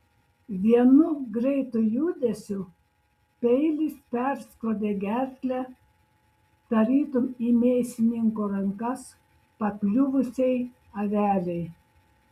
vienu greitu judesiu peilis perskrodė gerklę tarytum į mėsininko rankas pakliuvusiai avelei